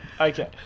okay